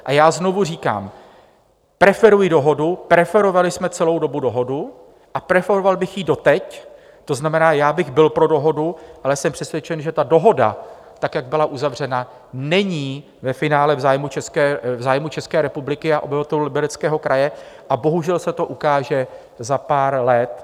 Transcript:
A já znovu říkám, preferuji dohodu, preferovali jsme celou dobu dohodu a preferoval bych ji doteď, to znamená, já bych byl pro dohodu, ale jsem přesvědčen, že ta dohoda, tak jak byla uzavřena, není ve finále v zájmu České republiky a obyvatel Libereckého kraje, a bohužel se to ukáže za pár let.